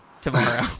tomorrow